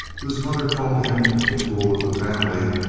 whose mother called him the fool of the family,